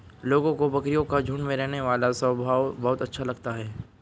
लोगों को बकरियों का झुंड में रहने वाला स्वभाव बहुत अच्छा लगता है